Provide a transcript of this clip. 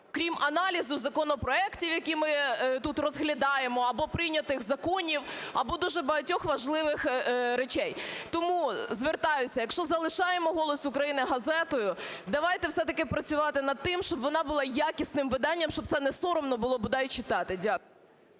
крім аналізу законопроектів, які ми тут розглядаємо, або прийнятих законів, або дуже багатьох важливих речей. Т ому звертаюся: якщо залишаємо "Голос України" газетою, давайте все-таки працювати над тим, щоб вона була якісним виданням, щоб це не соромно було, бодай, читати. Дякую.